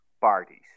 parties